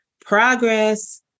progress